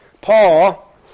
Paul